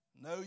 No